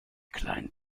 kleinen